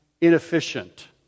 inefficient